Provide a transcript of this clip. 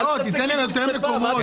אל תתעסק עם --- כן,